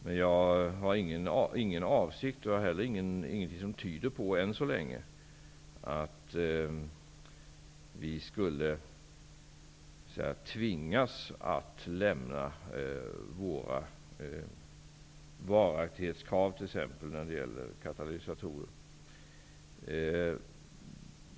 Men jag har ingen avsikt och det är heller ingenting som än så länge tyder på att vi skulle tvingas att lämna våra varaktighetskrav, t.ex. när det gäller katalysatorer.